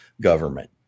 government